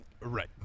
right